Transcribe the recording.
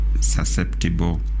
susceptible